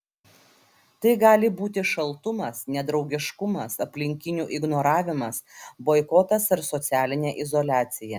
tai gali būti šaltumas nedraugiškumas aplinkinių ignoravimas boikotas ar socialinė izoliacija